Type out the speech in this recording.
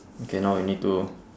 okay now we need to